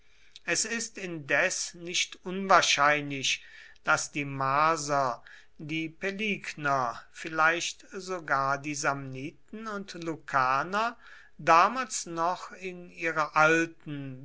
es ist indes nicht unwahrscheinlich daß die marser die paeligner vielleicht sogar die samniten und lucaner damals noch in ihrer alten